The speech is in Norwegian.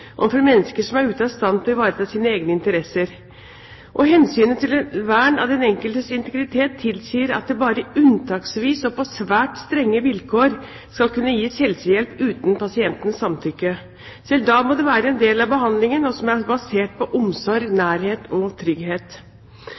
overfor mennesker som er ute av stand til å ivareta sine egne interesser. Hensynet til vern av den enkeltes integritet tilsier at det bare unntaksvis og på svært strenge vilkår skal kunne gis helsehjelp uten pasientens samtykke. Selv da må det være en del av behandlingen som er basert på omsorg, nærhet og trygghet.